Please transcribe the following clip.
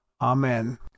Amen